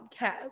podcast